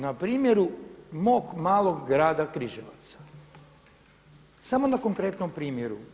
Na primjeru mog malog grada Križevaca, samo na konkretnom primjeru.